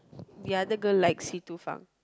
the other girl like